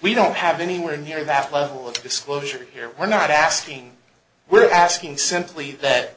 we don't have anywhere near that level of disclosure here we're not asking we're asking simply that